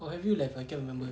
or have you left I can't remember